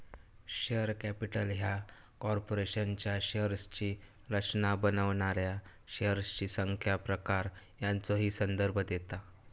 share capital ह्या कॉर्पोरेशनच्या शेअर्सची रचना बनवणाऱ्या शेअर्सची संख्या, प्रकार यांचो ही संदर्भ देता